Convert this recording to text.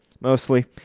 Mostly